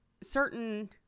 certain